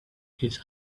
his